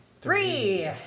three